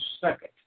second